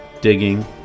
digging